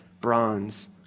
bronze